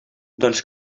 doncs